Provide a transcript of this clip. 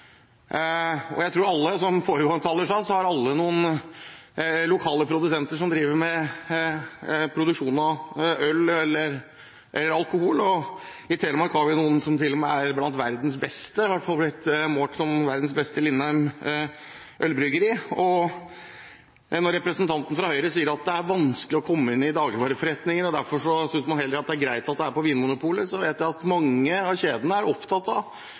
Og som foregående taler sa – alle har noen lokale produsenter som driver med produksjon av øl eller alkohol. I Telemark har vi noen som til og med er blant verdens beste – det har i hvert fall blitt målt blant verdens beste: Lindheim Ølkompani. Når representanten fra Høyre sier at det er vanskelig å komme inn i dagligvareforretninger, og derfor synes man heller at det er greit at salget er på Vinmonopolet, så vet jeg at mange av kjedene er opptatt av